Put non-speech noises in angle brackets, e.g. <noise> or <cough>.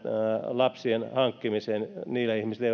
lapsien hankkimiseen niillä ihmisillä <unintelligible>